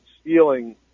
stealing